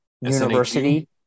university